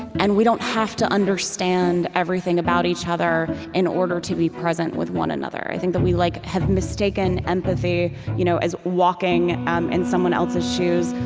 and we don't have to understand everything about each other in order to be present with one another. i think that we like have mistaken empathy you know as walking um in someone else's shoes.